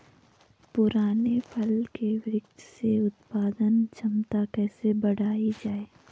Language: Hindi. पुराने फल के वृक्षों से उत्पादन क्षमता कैसे बढ़ायी जाए?